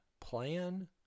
plan